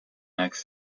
next